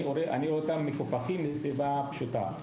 אני רואה שהם מקופחים, וזאת מסיבה פשוטה.